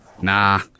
Nah